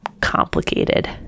complicated